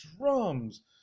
drums